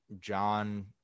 John